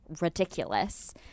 ridiculous